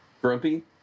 grumpy